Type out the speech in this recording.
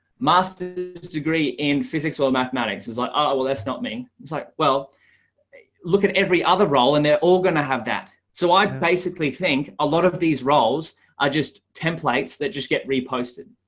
masters degree in physics or mathematics is like, oh, well, that's not me. it's like, well look at every other role, and they're all going to have that. so i basically think a lot of these roles are just templates that just get reposted.